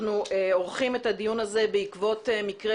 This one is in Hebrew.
אנחנו עורכים את הדיון הזה בעקבות מקרה